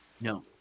No